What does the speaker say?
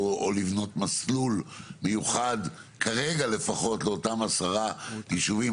לבנות מסלול מיוחד כרגע לפחות לאותם עשרה יישובים,